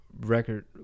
record